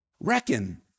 Reckon